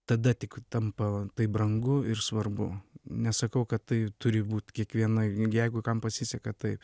tada tik tampa tai brangu ir svarbu nesakau kad tai turi būt kiekviena jeigu kam pasiseka taip